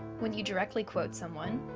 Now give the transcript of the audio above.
when you directly quote someone,